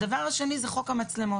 הדבר השני הוא חוק המצלמות.